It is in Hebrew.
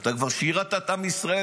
אתה כבר שירת את עם ישראל,